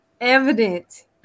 evident